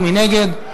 מי נגד?